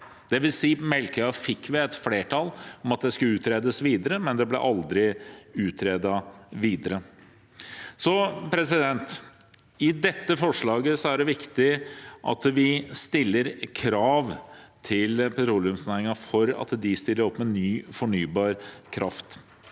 ned – for Melkøya fikk vi flertall for at det skulle utredes videre, men det ble aldri utredet videre. Når det gjelder dette forslaget, er det viktig at vi stiller krav til petroleumsnæringen om at de stiller opp med ny fornybar kraft.